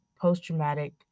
post-traumatic